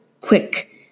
quick